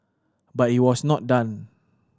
but he was not done